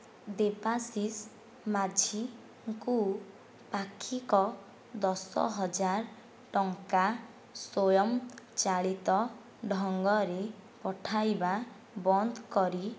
ଦେବାଶିଷ ମାଝୀଙ୍କୁ ପାକ୍ଷିକ ଦଶ ହଜାର ଟଙ୍କା ସ୍ୱୟଂ ଚାଳିତ ଢଙ୍ଗରେ ପଠାଇବା ବନ୍ଦ କରି